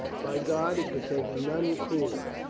by god, he could take none crueler.